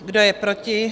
Kdo je proti?